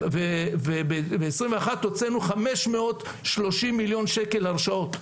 וב-2021 הוצאנו 530 מיליון שקל הרשאות.